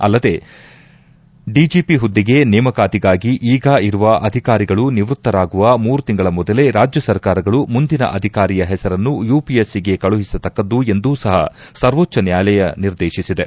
ಅಲ್ಲದೇ ಡಿಜಿಪಿ ಹುದ್ದೆಗೆ ನೇಮಕಾತಿಗಾಗಿ ಈಗ ಇರುವ ಅಧಿಕಾರಿಗಳು ನಿವೃತ್ತರಾಗುವ ಮೂರು ತಿಂಗಳ ಮೊದಲೇ ರಾಜ್ಯ ಸರ್ಕಾರಗಳು ಮುಂದಿನ ಅಧಿಕಾರಿಯ ಹೆಸರನ್ನು ಯುಪಿಎಸ್ಸಿಗೆ ಕಳುಹಿಸತಕ್ಕದ್ದು ಎಂದೂ ಸಹ ಸರ್ವೋಚ್ಚ ನ್ಯಾಯಾಲಯ ನಿರ್ದೇಶಿಸಿದೆ